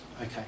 Okay